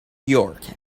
york